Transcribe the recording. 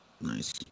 Nice